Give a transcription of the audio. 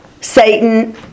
Satan